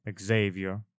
Xavier